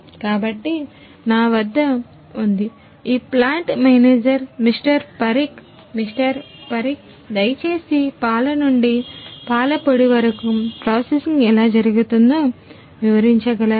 కాబట్టి నా వద్ద ఉంది ఈ plant manager mister Parikh mister Parikh దయచేసి పాలు నుండి పాల పొడి వరకు ప్రాసెసింగ్ ఎలా జరిగిందో వివరించగలరా